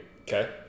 okay